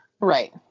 Right